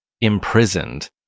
imprisoned